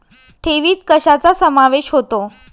ठेवीत कशाचा समावेश होतो?